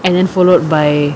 and then followed by